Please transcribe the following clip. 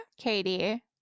Katie